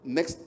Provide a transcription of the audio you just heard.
Next